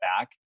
back